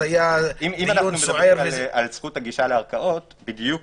-- על זכות הגישה לערכאות - בדיוק